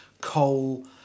coal